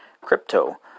crypto